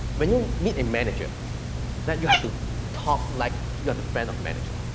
when you meet a manager that you have to talk like you are the friend of manager,